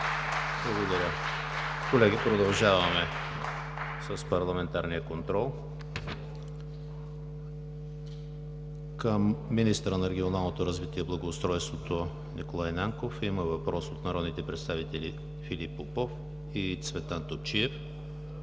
Тишев. Колеги, продължаваме с парламентарния контрол. Към министъра на регионалното развитие и благоустройството Николай Нанков има въпрос от народните представители Филип Попов и Цветан Топчиев,